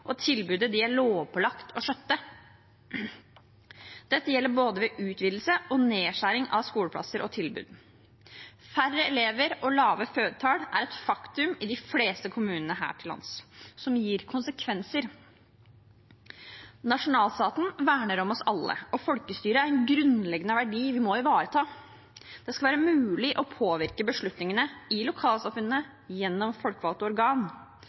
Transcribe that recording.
og tilbudet de er lovpålagt å skjøtte. Dette gjelder både ved utvidelse og ved nedskjæring av skoleplasser og -tilbud. Færre elever og lave fødselstall er et faktum i de fleste kommunene her til lands – noe som får konsekvenser. Nasjonalstaten verner om oss alle, og folkestyret er en grunnleggende verdi vi må ivareta. Det skal være mulig å påvirke beslutningene i lokalsamfunnene gjennom folkevalgte organ.